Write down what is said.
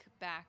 back